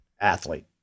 athlete